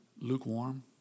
Lukewarm